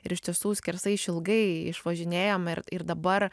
ir iš tiesų skersai išilgai išvažinėjom ir ir dabar